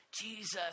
Jesus